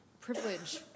privilege